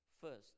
First